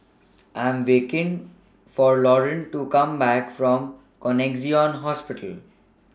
I Am waiting For Lauryn to Come Back from Connexion Hospital